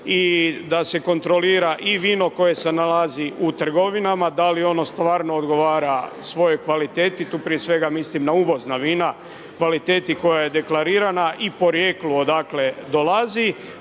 i da se kontrolira i vino koje se nalazi u trgovinama, da li ono stvarno odgovara svojoj kvaliteti, tu prije svega mislim na uvozna vina, kvaliteti koja je deklarirana i porijeklo odakle dolazi,